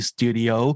Studio